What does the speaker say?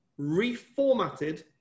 reformatted